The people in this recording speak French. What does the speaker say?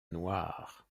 noir